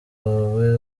wawe